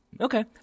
Okay